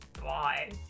Bye